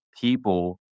people